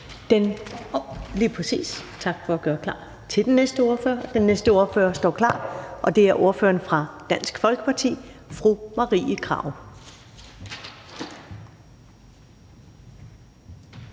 Der er ikke flere korte bemærkninger til ordføreren. Den næste ordfører står klar, og det er ordføreren for Dansk Folkeparti, fru Marie Krarup.